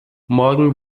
morgen